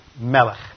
Melech